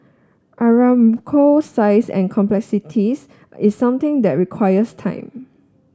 Aramco's size and complexities is something that requires time